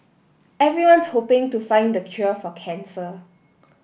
everyone's hoping to find the cure for cancer